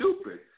stupid